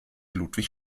ludwig